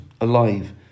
alive